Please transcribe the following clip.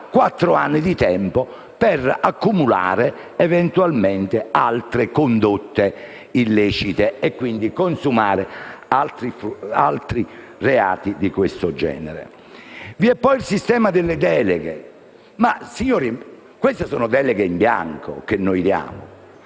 quattro anni di tempo per accumulare eventualmente altre condotte illecite, quindi consumare altri reati di questo genere. Vi è poi il sistema delle deleghe. Signori, queste sono deleghe in bianco; noi diamo